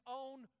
own